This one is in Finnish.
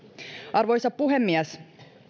arvoisa puhemies